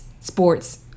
sports